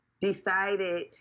decided